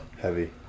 Heavy